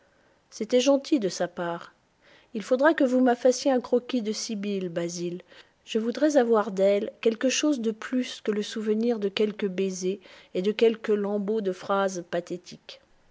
c'était gentil de sa part il faudra que vous me fassiez un croquis de sibyl basil je voudrais avoir d'elle quelque chose de plus que le souvenir de quelques baisers et de quelques lambeaux de phrases pathétiques